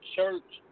church